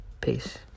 Peace